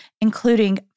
including